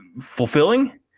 Fulfilling